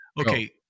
okay